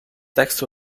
text